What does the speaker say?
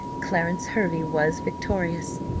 clarence hervey was victorious.